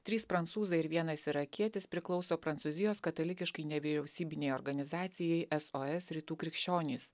trys prancūzai ir vienas irakietis priklauso prancūzijos katalikiškai nevyriausybinei organizacijai sos rytų krikščionys